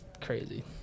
crazy